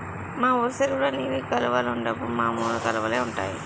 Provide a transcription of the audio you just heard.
మన వూరు చెరువులో నీలి కలువలుండవు మామూలు కలువలే ఉంటాయి